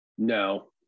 no